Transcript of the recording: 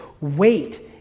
wait